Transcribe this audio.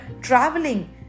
traveling